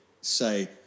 say